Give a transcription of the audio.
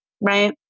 right